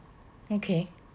okay